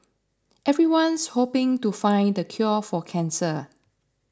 everyone's hoping to find the cure for cancer